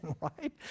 right